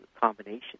combination